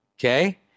Okay